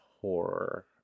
horror